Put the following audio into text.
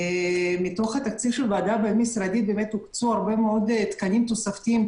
מתוך התקציב של הוועדה הבין-משרדית הוקצו הרבה מאוד תקנים תוספתיים,